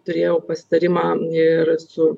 turėjau pasitarimą ir su